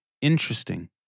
Interesting